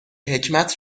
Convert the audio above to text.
حکمت